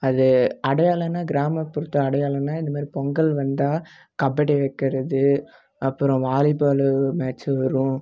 அது அடையாளன்னால் கிராமப்புறத்து அடையாளன்னால் இந்த மாதிரி பொங்கல் வந்தால் கபடி வைக்கிறது அப்புறம் வாலி பாலு மேட்சு வரும்